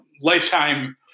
lifetime